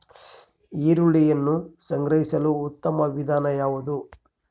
ಈರುಳ್ಳಿಯನ್ನು ಸಂಗ್ರಹಿಸಲು ಉತ್ತಮ ವಿಧಾನ ಯಾವುದು?